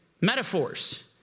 metaphors